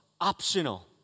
optional